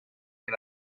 che